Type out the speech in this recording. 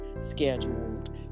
scheduled